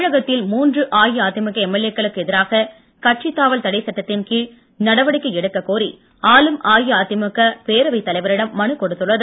தமிழகத்தில் மூன்று அஇஅதிமுக எம்எல்ஏ க்களுக்கு எதிராக கட்சித் தாவல் தடைச்சட்டத்தின் கீழ் நடவடிக்கை எடுக்கக்கோரி ஆளும் அஇஅதிமுக பேரவைத் தலைவரிடம் மனுக் கொடுத்துள்ளது